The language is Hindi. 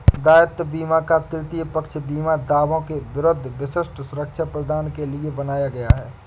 दायित्व बीमा को तृतीय पक्ष बीमा दावों के विरुद्ध विशिष्ट सुरक्षा प्रदान करने के लिए बनाया गया है